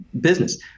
business